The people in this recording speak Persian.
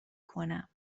کنم